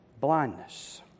blindness